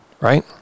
right